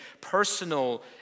personal